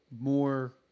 More